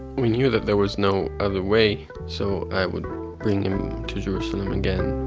we knew that there was no other way. so i would bring him to jerusalem again